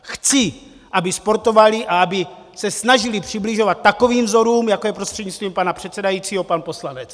Chci, aby sportovaly a aby se snažily přibližovat takovým vzorům, jako je prostřednictvím pana předsedajícího pan poslanec .